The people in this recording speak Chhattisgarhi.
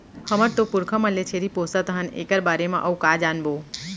हमर तो पुरखा मन ले छेरी पोसत हन एकर बारे म अउ का जानबो?